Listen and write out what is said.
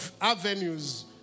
avenues